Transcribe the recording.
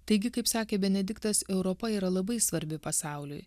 taigi kaip sakė benediktas europa yra labai svarbi pasauliui